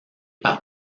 par